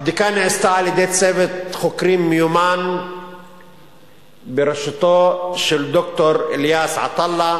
הבדיקה נעשתה על-ידי צוות חוקרים מיומן בראשותו של ד"ר אליאס עטאללה,